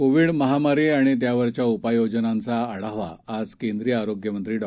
Covid महामारी आणि त्यावरच्या उपाययोजनांचा आढावा आज केंद्रीय आरोग्यमंत्री डॉ